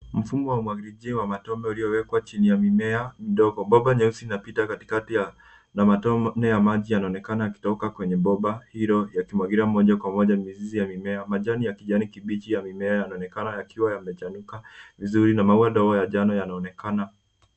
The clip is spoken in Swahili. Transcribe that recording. Mfumo wa umwagiliaji wa matone uliyowekwa chini ya mimea midogo. Bomba nyeusi inapita katikati na matone ya maji yanaonekana yakitoka kwenye bomba hilo yakimwagiliwa moja kwa moja mizizi ya mimea. Majani ya kijani kibichi ya mimea yanaonekana yakiwa yamechanuka vizuri na maua dogo ya njano yanaonekana.